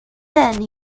then